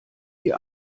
sie